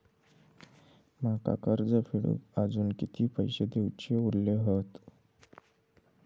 माका कर्ज फेडूक आजुन किती पैशे देऊचे उरले हत?